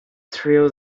threw